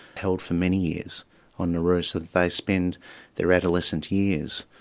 held for many years on nauru. so that they spend their adolescent years,